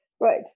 Right